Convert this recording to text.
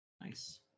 Nice